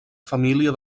família